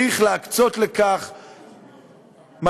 צריך להקצות לכך משאבים,